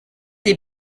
des